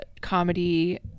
comedy